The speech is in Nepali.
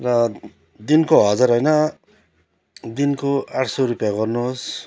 र दिनको हजार होइन दिनको आठ सौ रुपियाँ गर्नुहोस्